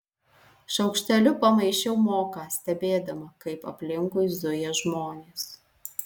šaukšteliu pamaišiau moką stebėdama kaip aplinkui zuja žmonės